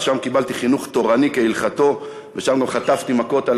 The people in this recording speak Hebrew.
שם קיבלתי חינוך תורני כהלכתו ושם גם חטפתי מכות על